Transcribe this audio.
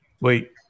wait